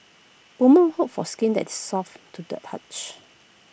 women hope for skin that is soft to the touch